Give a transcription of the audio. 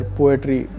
poetry